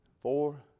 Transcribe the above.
four